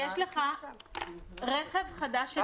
יש לך רכב חדש שנכנס לשוק.